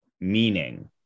meaning